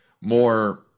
more